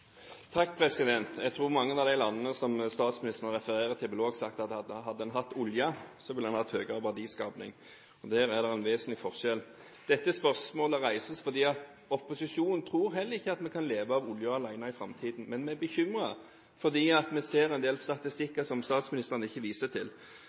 Jeg tror mange av de landene som statsministeren refererer til, ville sagt at hadde en hatt oljen, hadde en hatt høyere verdiskaping. Her er det en vesentlig forskjell. Dette spørsmålet reises fordi heller ikke opposisjonen tror at vi kan leve av oljen alene i framtiden, men vi er bekymret fordi vi ser en del